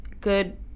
good